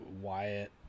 Wyatt